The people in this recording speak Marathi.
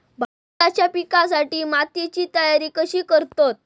भाताच्या पिकासाठी मातीची तयारी कशी करतत?